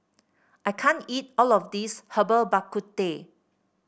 I can't eat all of this Herbal Bak Ku Teh